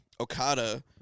Okada